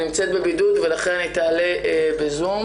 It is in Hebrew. היא נמצאת בבידוד ולכן היא תעלה בזום,